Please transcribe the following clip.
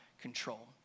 control